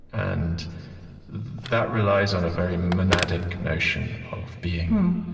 and that relies on a very monadic notion of being.